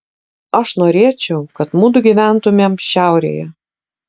aš norėčiau kad mudu gyventumėm šiaurėje